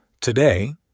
Today